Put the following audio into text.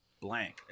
Blank